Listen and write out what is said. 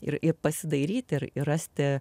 ir ir pasidairyt ir rasti